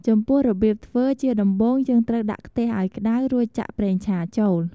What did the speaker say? ចំពោះរបៀបធ្វើ ជាដំបូងយើងត្រូវដាក់ខ្ទះឱ្យក្តៅ រួចចាក់ប្រេងឆាចូល។